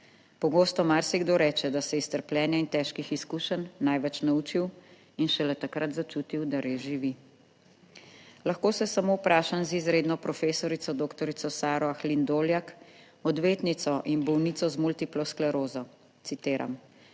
Pogosto marsikdo reče, da se je iz trpljenja in težkih izkušenj največ naučil in šele takrat začutil, da res živi. Lahko se samo vprašam z izredno profesorico doktorico Saro Ahlin Doljak, odvetnico in bolnico z multiplo sklerozo citiram: